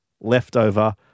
leftover